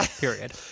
Period